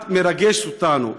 את מרגשת אותנו.